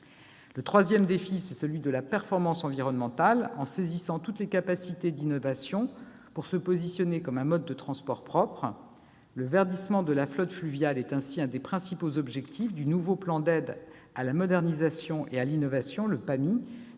Le troisième défi est celui de la performance environnementale ; il convient de saisir toutes les capacités d'innovation pour que le transport fluvial se positionne comme un mode de transport propre. Le verdissement de la flotte fluviale est ainsi l'un des principaux objectifs du nouveau plan d'aides à la modernisation et à l'innovation, le PAMI,